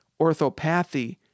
Orthopathy